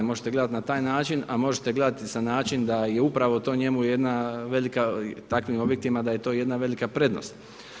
Možete gledati na taj način a možete gledati na način da je upravo to njemu jedna velika, takvim objektima da je to jedna velika prednost.